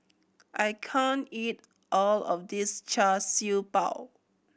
I can't eat all of this Char Siew Bao